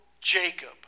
Jacob